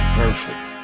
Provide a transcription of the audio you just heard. perfect